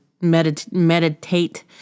meditate